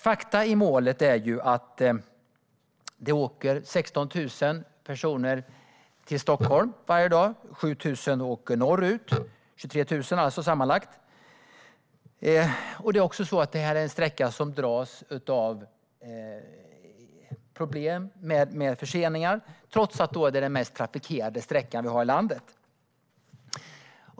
Fakta i målet är att 16 000 personer åker till Stockholm varje dag, och 7 000 åker norrut - sammanlagt 23 000, alltså. Detta är en sträcka som dras med problem i form av förseningar, trots att den är den mest trafikerade i landet.